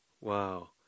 Wow